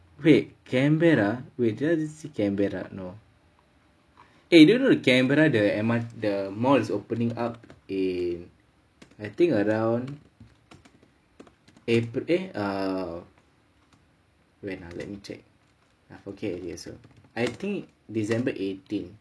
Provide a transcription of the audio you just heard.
wait canberra wait did you just say canberra no eh do you know the canberra the M_R~ the mall's opening up in I think around april eh ah when ah let me take I forget yes sir I think december eighteen